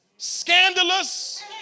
Scandalous